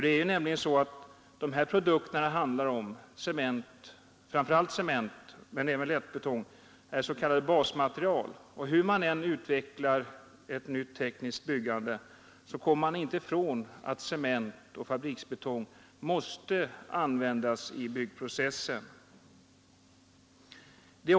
Det är nämligen så att de här produkterna — framför allt cement, men även lättbetong — är s.k. basmaterial. Hur man än utvecklar ett nytt tekniskt byggande måste cement och fabriksbetong användas i byggprocessen.